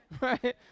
Right